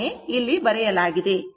ಅದನ್ನೇ ಇಲ್ಲಿ ಬರೆಯಲಾಗಿದೆ